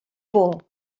por